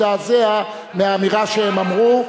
הזדעזע מהאמירה שהם אמרו,